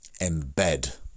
embed